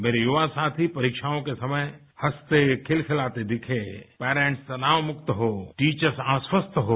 मेरे युवा साथी परीक्षाओं के समय हंसते खिलखिलाते दिखें पेरेंट्स तनाव मुक्त हों टीचर्स आश्वस्त हों